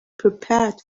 prepared